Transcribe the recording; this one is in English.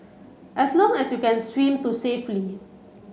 as long as you can swim to safely